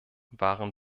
waren